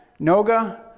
Noga